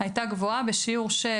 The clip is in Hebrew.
הייתה גבוהה בשיעור של